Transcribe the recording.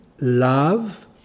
love